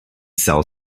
sell